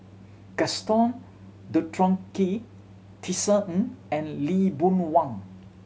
Gaston Dutronquoy Tisa Ng and Lee Boon Wang